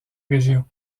région